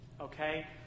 Okay